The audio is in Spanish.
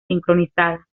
sincronizada